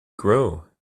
grow